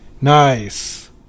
Nice